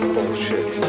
Bullshit